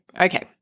Okay